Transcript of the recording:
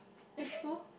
which school